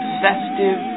festive